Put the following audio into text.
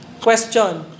Question